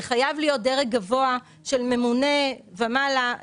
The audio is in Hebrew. זה חייב להיות דרג גבוה של ממונה ומעלה,